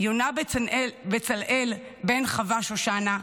יונה בצלאל בן חוה שושנה,